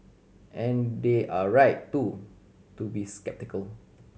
and they're right too to be sceptical